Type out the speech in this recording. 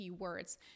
keywords